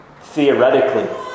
Theoretically